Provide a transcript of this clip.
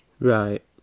Right